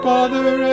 Father